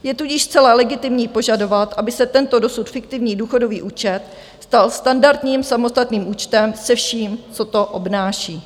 Je tudíž zcela legitimní požadovat, aby se tento dosud fiktivní důchodový účet stal standardním samostatným účtem se vším, co to obnáší.